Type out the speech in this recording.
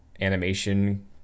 animation